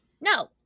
no